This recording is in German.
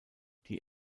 die